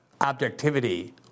objectivity